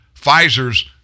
Pfizer's